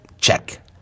check